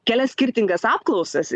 kelias skirtingas apklausas